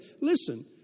Listen